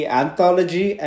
anthology